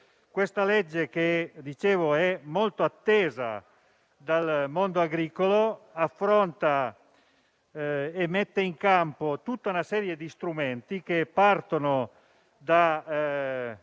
che - come dicevo - è molto atteso dal mondo agricolo, affronta e mette in campo tutta una serie di strumenti, che partono da